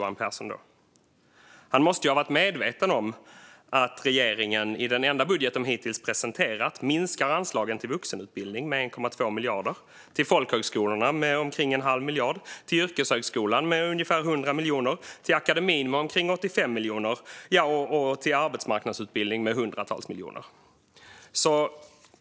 Han måste ha varit medveten om att regeringen i den enda budgeten som den hittills har presenterat minskar anslagen till vuxenutbildning med 1,2 miljarder kronor, till folkhögskolorna med omkring en halv miljard kronor, till yrkeshögskolan med ungefär 100 miljoner kronor, till akademin med omkring 85 miljoner kronor och till arbetsmarknadsutbildning med hundratals miljoner.